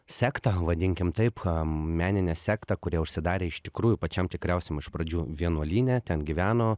sekta vadinkim taip meninė sekta kur jie užsidarė iš tikrųjų pačiam tikriausiam iš pradžių vienuolyne ten gyveno